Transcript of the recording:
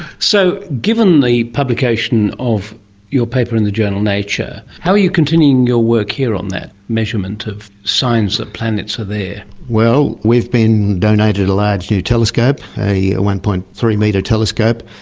so given the publication of your paper in the journal nature, how are you continuing your work here on that measurement of signs that planets are there? well, we've been donated a large new telescope, a ah one. three metre telescope,